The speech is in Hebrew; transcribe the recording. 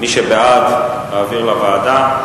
מי שבעד, להעביר לוועדה.